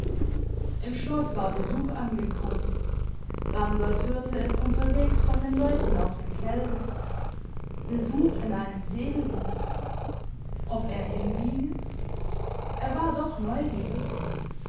im schloss war besuch angekommen randers hörte es unterwegs von den leuten auf dem felde besuch in einem segelboot ob er hinginge er war doch neugierig